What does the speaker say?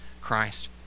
Christ